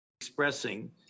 Expressing